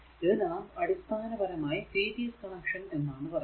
ഇതിനെ നാം അടിസ്ഥാന പരമായി സീരീസ് കണക്ഷൻ എന്നാണ് പറയുക